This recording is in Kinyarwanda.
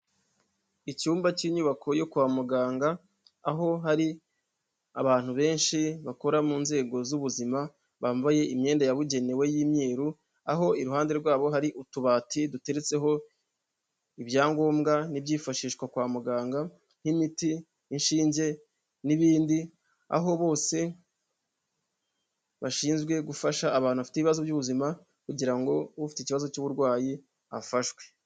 Icyumba cy'inyubako yo kwa muganga aho hari abantu benshi bakora mu nzego z'ubuzima bambaye imyenda yabugenewe y'imyeru aho iruhande rwabo hari utubati duteretseho ibyangombwa n'ibyifashishwa kwa muganga nk'imiti ,inshinge, n'ibindi .... aho bose bashinzwe gufasha abantu bafite ibibazo by'ubuzima kugira ngo ufite ikibazo cy'uburwayi afashwe.